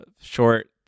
Short